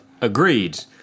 Agreed